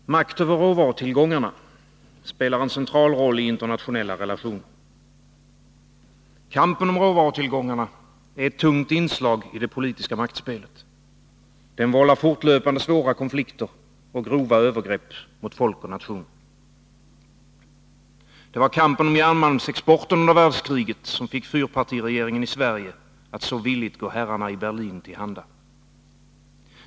Herr talman! Makt över råvarutillgångarna spelar en central roll i internationella relationer. Kampen om råvarutillgångarna är ett tungt inslag i det politiska maktspelet. Den vållar fortlöpande svåra konflikter och grova övergrepp mot folk och nationer. Det var kampen om järnmalmsexporten under världskriget som fick fyrpartiregeringen i Sverige att så villigt gå herrarna i Berlin till handa.